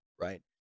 right